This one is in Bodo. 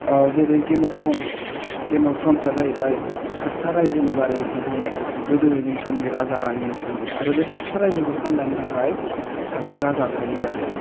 जेरै game of thrones game of थ्रन्सआ जाहैबाय सातथा रायजोनि बारै खोन्थानाय गोदोनि समनि राजा रानिनि समनि आरो बे सातथा रायजोखौ सामलायनो थाखाय सासे राजा थायो आरो